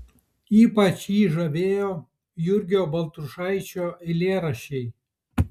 ypač jį žavėjo jurgio baltrušaičio eilėraščiai